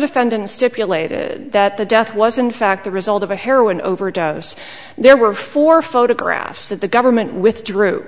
defendants stipulated that the death was in fact the result of a heroin overdose there were four photographs that the government withdrew